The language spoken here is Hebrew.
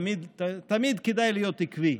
תמיד כדאי להיות עקבי,